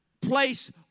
place